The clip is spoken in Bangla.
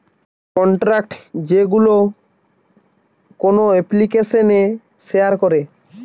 কন্টাক্ট যেইগুলো কোন এপ্লিকেশানে করে শেয়ার করে